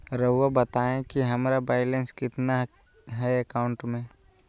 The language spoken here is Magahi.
रहुआ बताएं कि हमारा बैलेंस कितना है अकाउंट में?